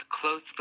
close